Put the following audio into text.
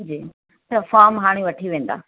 जी त फोम हाणे वठी वंदा